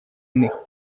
иных